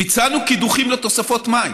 ביצענו קידוחים לתוספות מים